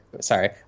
sorry